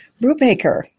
Brubaker